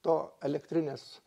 to elektrinės